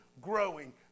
growing